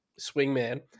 swingman